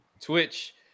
Twitch